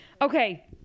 Okay